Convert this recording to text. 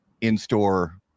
in-store